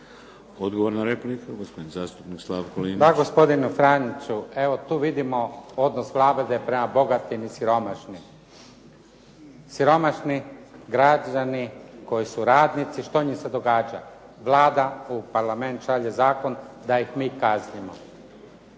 Odgovor na repliku, gospodin zastupnik Slavko Linić. **Linić, Slavko (SDP)** Pa gospodinu Franiću, evo tu vidimo odnos lagode prema bogatim i siromašnim. Siromašni građani koji su radnici, što im se događa? Vlada u Parlament šalje zakon da ih mi kaznimo.